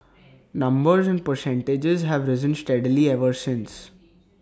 numbers and percentages have risen steadily ever since